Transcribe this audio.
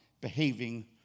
behaving